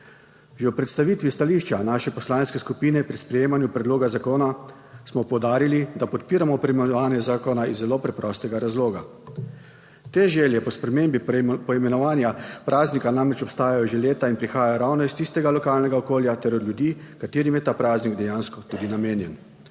Že v predstavitvi stališča naše poslanske skupine pri sprejemanju predloga zakona smo poudarili, da podpiramo poimenovanje zakona iz zelo preprostega razloga. Te želje po spremembi poimenovanja praznika namreč obstajajo že leta in prihajajo ravno iz tistega lokalnega okolja ter od ljudi, katerim je ta praznik dejansko tudi namenjen.